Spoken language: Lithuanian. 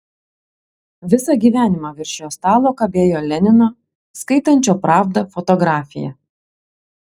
visą gyvenimą virš jo stalo kabėjo lenino skaitančio pravdą fotografija